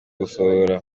gusohora